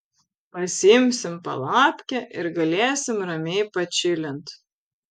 pasiimsim palapkę ir galėsim ramiai pačilint